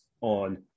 on